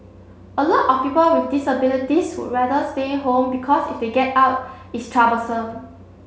a lot of people with disabilities would rather stay home because if they get out it's troublesome